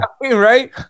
Right